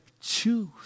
choose